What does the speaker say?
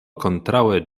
kontraŭe